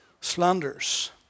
Slanders